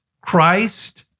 Christ